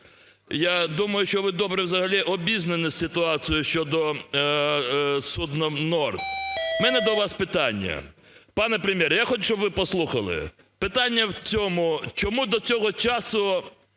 Я думаю, що ви добре взагалі обізнані з ситуацією щодо із судном "Норд". В мене до вас питання, пане Прем'єр, я хочу, щоб ви послухали. Питання в цьому,:чому до цього часу